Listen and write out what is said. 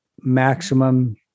maximum